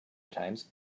times